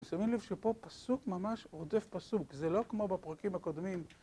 שמים לב שפה פסוק ממש רודף פסוק, זה לא כמו בפרקים הקודמים